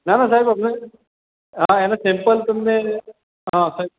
ના ના સાહેબ અમને એનાં સેમ્પલ્સ તમને હા સાહેબ